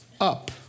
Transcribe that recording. up